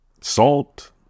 Salt